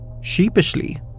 Sheepishly